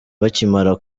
bakimara